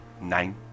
Nine